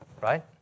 right